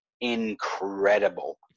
incredible